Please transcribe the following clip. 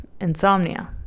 insomnia